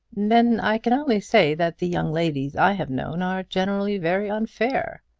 then i can only say that the young ladies i have known are generally very unfair.